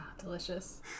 Delicious